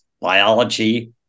Biology